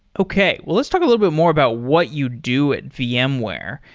okay. well, let's talk a little bit more about what you do at vmware.